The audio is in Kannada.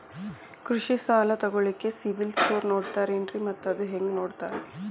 ಕೃಷಿ ಸಾಲ ತಗೋಳಿಕ್ಕೆ ಸಿಬಿಲ್ ಸ್ಕೋರ್ ನೋಡ್ತಾರೆ ಏನ್ರಿ ಮತ್ತ ಅದು ಹೆಂಗೆ ನೋಡ್ತಾರೇ?